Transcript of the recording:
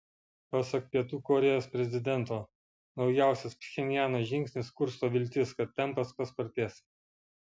pasak pietų korėjos prezidento naujausias pchenjano žingsnis kursto viltis kad tempas paspartės